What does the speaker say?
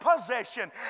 possession